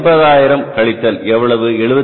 ரூபாய் 80000 கழித்தல் இது எவ்வளவு